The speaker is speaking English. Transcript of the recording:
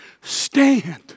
stand